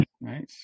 Nice